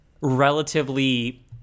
relatively